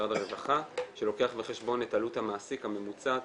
משרד הרווחה שלוקח בחשבון את עלות המעסיק הממוצעת